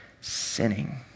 sinning